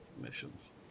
missions